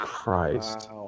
Christ